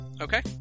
okay